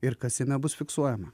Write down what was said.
ir kas jame bus fiksuojama